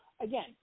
again